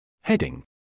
Heading